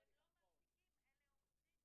אני רק רוצה להתייחס אל מה שאמרת,